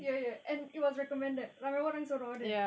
ya ya and it was recommended ramai orang suruh order